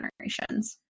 generations